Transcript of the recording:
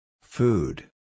food